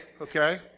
okay